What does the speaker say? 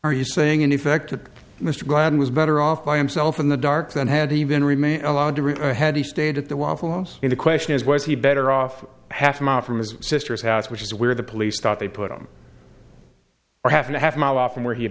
are you saying in effect to mr grant was better off by himself in the dark than had even remain allowed to read had he stayed at the waffle house in the question is was he better off half a mile from his sister's house which is where the police thought they put him or half and a half mile off from where he had